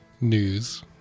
news